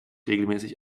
regelmäßig